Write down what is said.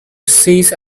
cease